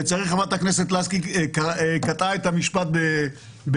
לצערי, חברת הכנסת לסקי קטעה את המשפט באמצעו